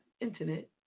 Internet